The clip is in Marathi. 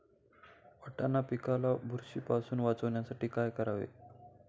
वाटाणा पिकाला बुरशीपासून वाचवण्यासाठी काय करावे?